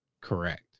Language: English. Correct